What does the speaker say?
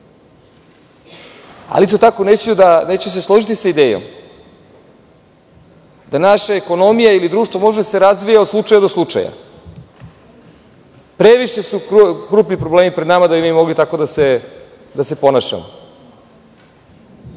po. Isto tako neću se složiti sa idejom da naša ekonomija ili društvo može da se razvija od slučaja do slučaja. Previše su krupni problemi pred nama da bi mi mogli tako da se ponašamo. Ne